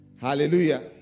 Hallelujah